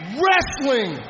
wrestling